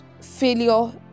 failure